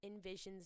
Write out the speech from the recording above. envisions